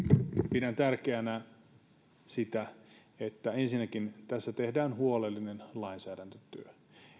pidän tärkeänä sitä että ensinnäkin tässä tehdään huolellinen lainsäädäntötyö